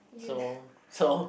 so so